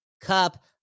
Cup